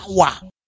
power